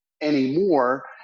anymore